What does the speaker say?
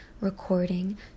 recording